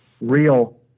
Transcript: real